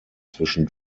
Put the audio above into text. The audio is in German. zwischen